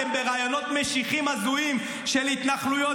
אתם ברעיונות משיחיים הזויים של התנחלויות